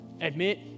Admit